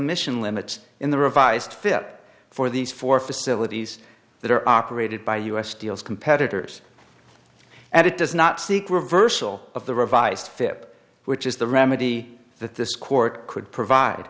emission limits in the revised fip for these four facilities that are operated by u s deals competitors and it does not seek reversal of the revised fip which is the remedy that this court could provide